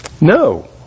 No